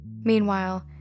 Meanwhile